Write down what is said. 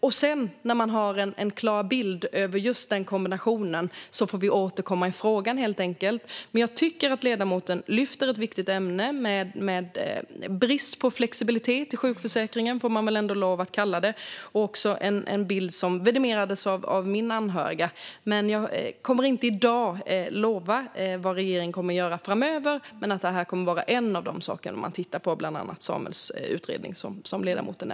När man sedan har en klar bild av just denna kombination får man återkomma i frågan. Jag tycker att ledamoten tar upp ett viktigt ämne, bristen på flexibilitet i sjukförsäkringen, som också vidimerades av min anhöriga. Jag kan inte i dag lova vad regeringen kommer att göra framöver, men den utredning ledamoten nämnde kommer att vara en av de saker man tittar på.